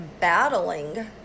battling